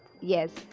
Yes